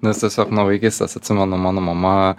nes tiesiog nuo vaikystės atsimenu mano mama